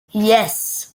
yes